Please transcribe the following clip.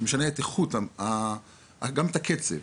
גם את הקצב.